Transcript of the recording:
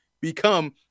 become